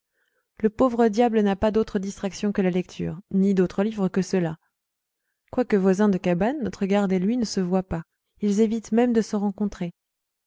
le pauvre diable n'a pas d'autre distraction que la lecture ni d'autres livres que ceux-là quoique voisins de cabane notre garde et lui ne se voient pas ils évitent même de se rencontrer